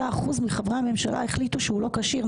אחוזים מחברי הממשלה החליטו שהוא לא כשיר,